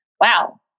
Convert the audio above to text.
Wow